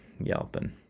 yelping